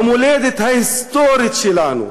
במולדת ההיסטורית שלנו.